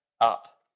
up